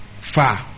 far